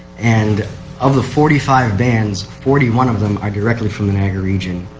and of the forty five bands, forty one of them are directly from the niagra region.